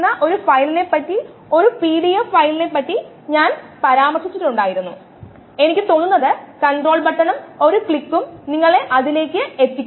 concentration of total enzyme എന്നത് concentration of free enzyme concentration of bound enzyme അല്ലെകിൽ bound as enzyme substrate complex